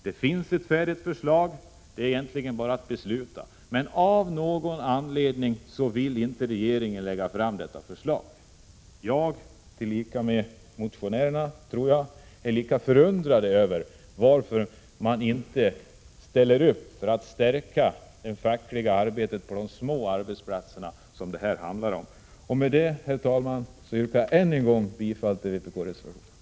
Det finns ett färdigt förslag. Det är egentligen bara att besluta. Men av någon anledning vill inte regeringen lägga fram detta förslag. Jag, tillika med motionärerna, är förundrad över varför man inte vill ställa upp för att stärka det fackliga arbetet på de små arbetsplatserna, som det här handlar om. Med detta, herr talman, yrkar jag än en gång bifall till vpk-reservationerna.